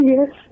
Yes